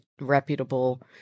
reputable